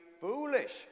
foolish